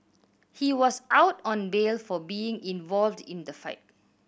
he was out on bail for being involved in the fight